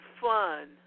fun